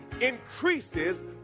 increases